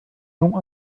non